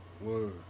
Word